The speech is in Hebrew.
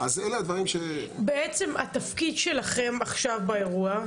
למעשה מה התפקיד שלכם עכשיו באירוע?